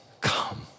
come